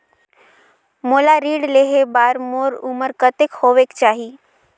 मोला ऋण लेहे बार मोर उमर कतेक होवेक चाही?